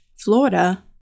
Florida